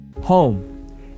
Home